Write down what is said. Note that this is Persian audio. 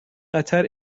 قطر